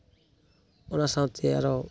ᱚᱱᱟ ᱥᱟᱶᱛᱮ ᱟᱨᱚ